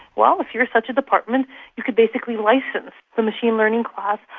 well, if you are such a department you could basically license the machine learning class,